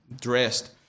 dressed